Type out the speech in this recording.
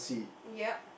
ya